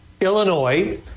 Illinois